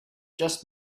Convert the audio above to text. just